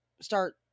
start